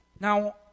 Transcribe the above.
Now